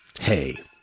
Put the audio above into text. hey